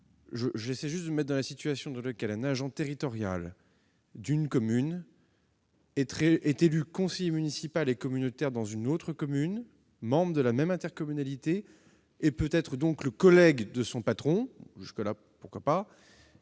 J'essaie d'imaginer la situation dans laquelle un agent territorial d'une commune est élu conseiller municipal et communautaire dans une autre commune, membre de la même intercommunalité et peut donc devenir le collègue de son patron. Pourquoi pas ?